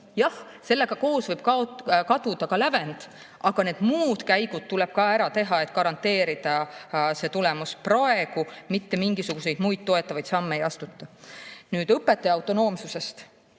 Jah, sellega koos võib kaduda ka lävend, aga need muud käigud tuleb ära teha, et garanteerida see tulemus. Praegu mitte mingisuguseid muid toetavaid samme ei astuta. Õpetaja autonoomsusest.